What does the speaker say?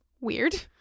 weird